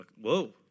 Whoa